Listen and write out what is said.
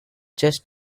just